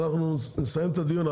נסיים את הדיון.